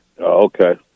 Okay